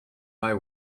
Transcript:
eye